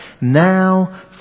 Now